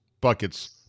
buckets